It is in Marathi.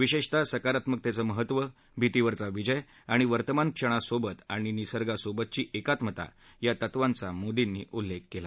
विशेषतः सकारात्मकतेचं महत्त्व भीतीवरचा विजय आणि वर्तमान क्षणासोबत आणि निसर्गमातेसोबतची एकात्मता या तत्वांचा मोदीनं विशेष उल्लेख केला